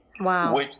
Wow